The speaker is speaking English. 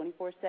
24-7